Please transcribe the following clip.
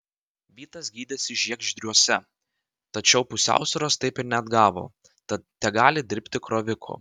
vytas gydėsi žiegždriuose tačiau pusiausvyros taip ir neatgavo tad tegali dirbti kroviku